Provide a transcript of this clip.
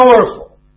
powerful